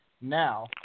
now